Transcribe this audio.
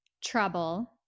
Trouble